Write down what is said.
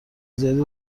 زیادی